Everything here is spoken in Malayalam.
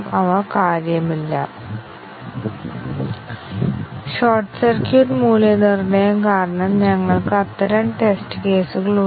പക്ഷേ തീരുമാന കവറേജോ ബ്രാഞ്ച് കവറേജോ നേടാനാകില്ല കാരണം ഞങ്ങൾക്ക് ബിക്ക് തുല്യമോ കുറവോ ഉള്ള ടെസ്റ്റ് കേസ് ആവശ്യമാണ്